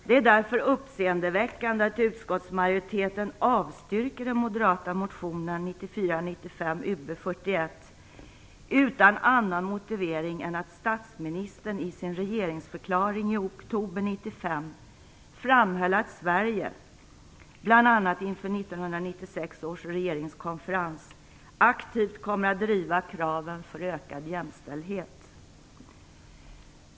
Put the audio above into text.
Det är därför uppseendeväckande att utskottsmajoriteten avstryker den moderata motionen 1994/95:Ub41 utan annan motivering än att statsministern i sin regeringsförklaring i oktober 1995 framhöll att Sverige, bl.a. inför 1996 års regeringskonferens, aktivt kommer att driva kraven på ökad jämställdhet.